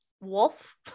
wolf